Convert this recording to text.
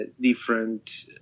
different